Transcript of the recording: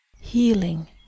healing